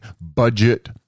budget